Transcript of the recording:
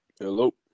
Hello